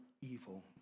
evil